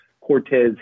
Cortez